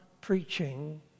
preaching